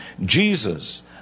Jesus